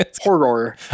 Horror